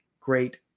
great